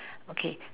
okay